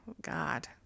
God